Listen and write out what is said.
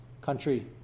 country